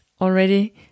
already